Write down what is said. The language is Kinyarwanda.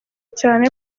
cyane